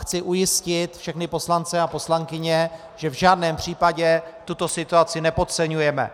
Chci ujistit všechny poslance a poslankyně, že v žádném případě tuto situaci nepodceňujeme.